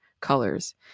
colors